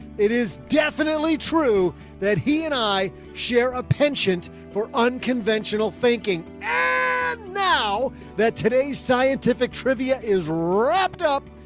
it is definitely true that he and i share a penchant for unconventional thinking. and now that today's scientific trivia is wrapped up.